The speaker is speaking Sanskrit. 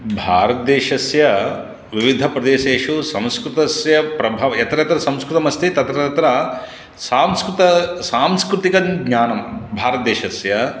भारतदेशस्य विविधप्रदेशेषु संस्कृतस्य प्रभावः यत्र संस्कृतमस्ति तत्र तत्र सांस्कृत सांस्कृतिकज्ञानं भारतदेशस्य